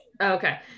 Okay